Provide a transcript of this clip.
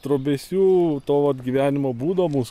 trobesių to vat gyvenimo būdo mūs